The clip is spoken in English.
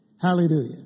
Hallelujah